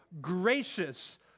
gracious